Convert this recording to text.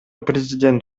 президент